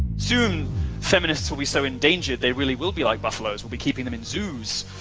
soon feminists will be so endangered they really will be like buffaloes, we'll be keeping them in zoos,